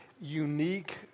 unique